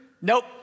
Nope